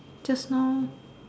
just now